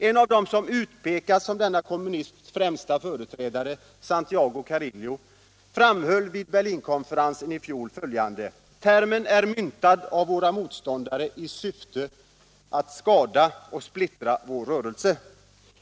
En av dem som utpekas som denna kommunisms främsta företrädare, Santiago Carillo, framhöll vid Berlinkonferensen i fjol följande: Termen är myntad av våra motståndare i syfte att skada och splittra vår rörelse.